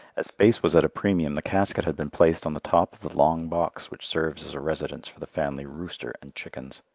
as space was at a premium the casket had been placed on the top of the long box which serves as a residence for the family rooster and chickens.